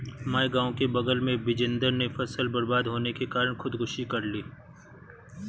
हमारे गांव के बगल में बिजेंदर ने फसल बर्बाद होने के कारण खुदकुशी कर ली